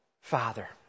father